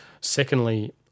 Secondly